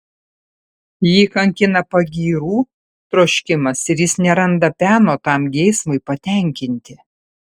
jį kankina pagyrų troškimas ir jis neranda peno tam geismui patenkinti